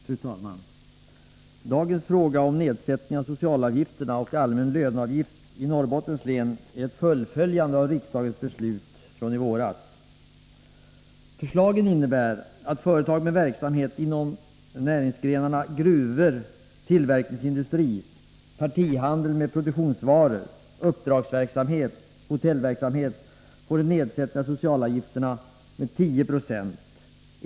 Fru talman! Dagens fråga om nedsättning av socialavgifter och allmän löneavgift i Norrbottens län är ett fullföljande av riksdagens beslut från i våras. Förslagen innebär att företag med verksamhet inom näringsgrenarna gruvhantering, tillverkningsindustri, partihandel med produktionsvaror, uppdragsverksamhet och hotellverksamhet får en nedsättning av socialavgifterna med tio procentenheter.